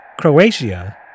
Croatia